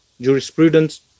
jurisprudence